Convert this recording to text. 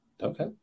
Okay